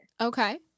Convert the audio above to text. okay